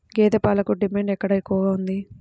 గేదె పాలకు డిమాండ్ ఎక్కడ ఎక్కువగా ఉంది?